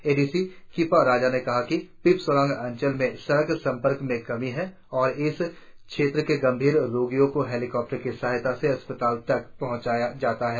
ए D C Kipa Raja ने कहा कि पिप सोरांग अंचल में सड़क संपर्क की कमी है और इस क्षेत्र के गंभीर रोगियों को हेलीकॉप्टर की सहायता से अस्पतालों तक पहुंचाया जाता है